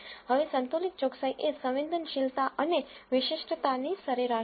હવે સંતુલિત ચોકસાઈ એ સંવેદનશીલતા અને વિશિષ્ટતાની સરેરાશ છે